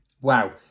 Wow